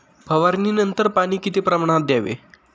फवारणीनंतर पाणी किती प्रमाणात द्यावे?